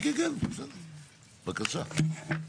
כן, בבקשה.